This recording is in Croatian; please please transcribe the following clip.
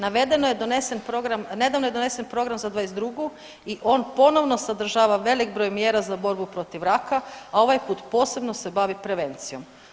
Navedeno je donesen, nedavno je donesen program za '22. i on ponovno sadržava velik broj mjera za borbu protiv raka, a ovaj put posebno se bavi prevencijom.